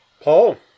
Paul